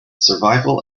survival